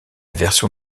version